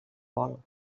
vol